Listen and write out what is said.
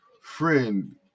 friend